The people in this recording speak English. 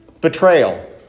betrayal